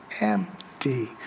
empty